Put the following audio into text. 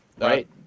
Right